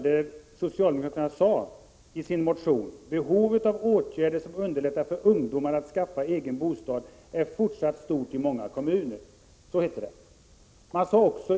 I sin reservation den gången sade socialdemokraterna ”att behovet av åtgärder som underlättar för ungdomar att skaffa egen bostad är fortsatt stort i många kommuner”.